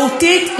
מהותית,